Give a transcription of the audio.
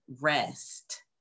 rest